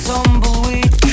Tumbleweed